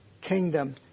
kingdom